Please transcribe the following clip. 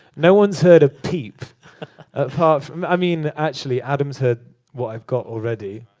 no one's heard a peep apart um i mean actually, adam's heard what i've got already.